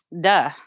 duh